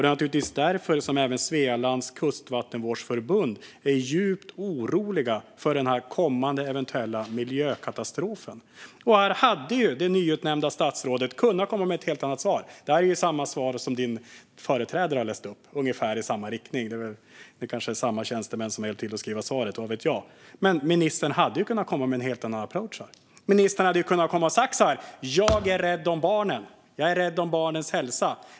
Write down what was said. Det är naturligtvis därför som även Svealands Kustvattenvårdsförbund är djupt oroliga för den här eventuella kommande miljökatastrofen. Här hade det nyutnämnda statsrådet kunnat komma med ett helt annat svar. Detta är ju samma svar som hennes företrädare har läst upp, eller ungefär i samma riktning. Det kanske är samma tjänstemän som hjälpt till att skriva svaret, vad vet jag. Men ministern hade kunnat komma med en helt annan approach här. Ministern hade kunnat säga: Jag är rädd om barnen. Jag är rädd om barnens hälsa.